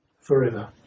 forever